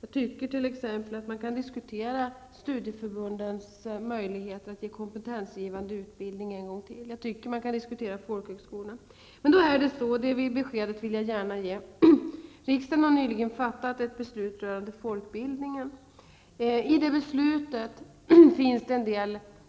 Jag tycker t.ex. att man kan diskutera studieförbundens möjligheter att ge kompetensgivande utbildning -- ävenså folkhögskolorna. Riksdagen har nyligen fattat ett beslut rörande folkbildningen. I det beslutet finns det